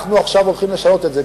אנחנו הולכים עכשיו לשנות את זה,